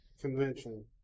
Convention